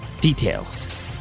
details